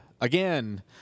again